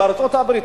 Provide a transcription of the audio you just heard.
בארצות-הברית,